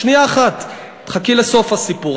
שנייה אחת, חכי לסוף הסיפור.